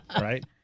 Right